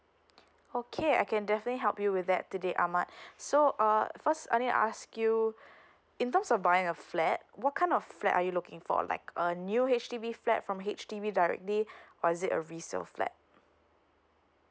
okay I can definitely help you with that today ahmad so uh first I need ask you in terms of buying a flat what kind of flat are you looking for like a new H_D_B flat from H_D_B directly or is it a resale flat